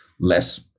less